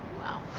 wow.